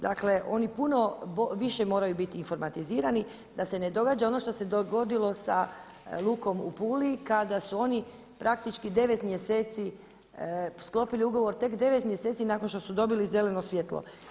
Dakle oni puno više moraju biti informatizirani da se ne događa ono što se dogodilo sa Lukom u Puli kada su oni praktički devet mjeseci sklopili ugovor, tek devet mjeseci nakon što su dobili zeleno svjetlo.